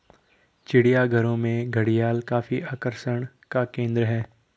चिड़ियाघरों में घड़ियाल काफी आकर्षण का केंद्र है